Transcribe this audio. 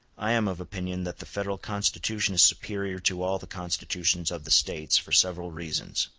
i am of opinion that the federal constitution is superior to all the constitutions of the states, for several reasons.